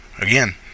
again